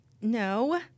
No